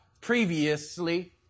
previously